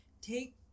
Take